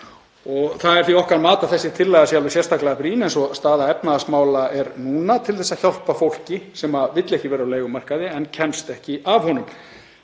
Það er því okkar mat að þessi tillaga sé alveg sérstaklega brýn eins og staða efnahagsmála er núna til þess að hjálpa fólki sem vill ekki vera á leigumarkaði en kemst ekki af honum.